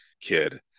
kid